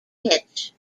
pitch